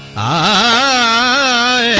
aa